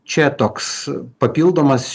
čia toks papildomas